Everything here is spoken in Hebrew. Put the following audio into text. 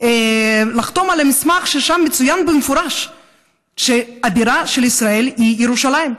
לחתום על מסמך שבו מצוין במפורש שהבירה של ישראל היא ירושלים.